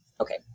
Okay